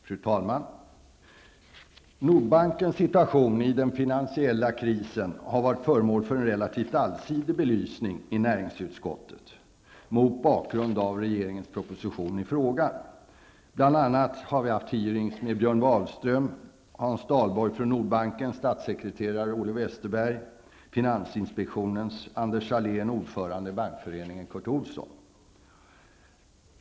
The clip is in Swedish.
Fru talman! Nordbankens situation i den finansiella krisen har varit föremål för en relativt allsidig belysning i näringsutskottet mot bakgrund av regeringens proposition i frågan. Bl. a har vi haft hearingar med Björn Wahlström, Hans Dalborg från Nordbanken, statssekreterare Olle Wästberg, finansinspektionens Anders Sahlén och ordföranden i Bankföreningen Curt G Olsson.